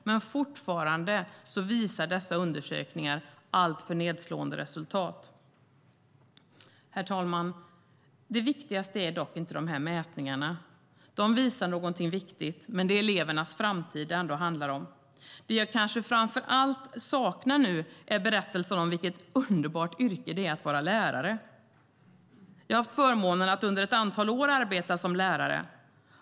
Men fortfarande visar undersökningarna alltför nedslående resultat. Herr talman! Det viktigaste är dock inte mätningarna. De visar någonting viktigt, men det är ändå elevernas framtid det handlar om. Det jag kanske allt saknar nu är berättelser om vilket underbart yrke det är att vara lärare. Jag har haft förmånen att under ett antal år arbeta som lärare.